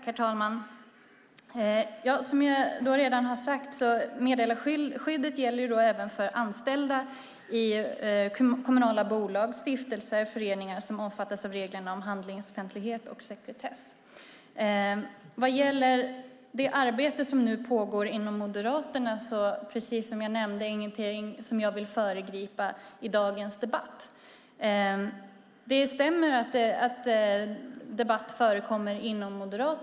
Herr talman! Som jag redan har sagt gäller meddelarskyddet även för anställda i kommunala bolag och i stiftelser och föreningar som omfattas av reglerna om handlingsoffentlighet och sekretess. Vad gäller det arbete som nu pågår inom Moderaterna är det, precis som jag nämnde, ingenting som jag vill föregripa i dagens debatt. Det stämmer att debatt förekommer inom Moderaterna.